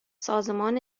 سازمان